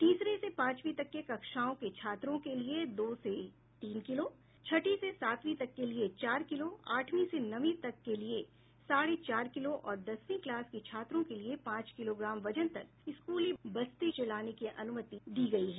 तीसरी से पांचवीं तक के कक्षाओं के छात्रों के लिए दो से तीन किलो छठी से सातवीं तक के लिए चार किलो आठवीं से नवीं तक के लिये साढ़े चार किलो और दसवीं क्लास के छात्रों के लिए पांच किलो ग्राम वजन तक स्कूली बस्ते लाने की अनुमति दी गयी है